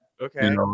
Okay